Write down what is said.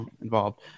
involved